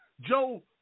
Joe